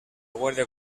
guàrdia